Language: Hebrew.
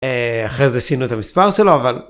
אחרי זה שינו את המספר שלו אבל.